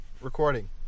recording